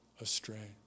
astray